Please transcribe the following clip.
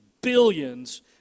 billions